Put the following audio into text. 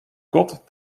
kot